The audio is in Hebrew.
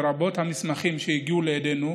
לרבות המסמכים שהגיעו לידינו,